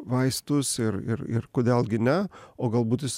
vaistus ir ir ir kodėl gi ne o galbūt jis